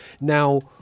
now